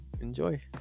Enjoy